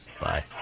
Bye